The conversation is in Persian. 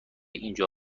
اینجا